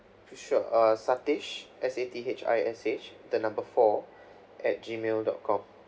sure uh sathish S A T H I S H the number four at G mail dot com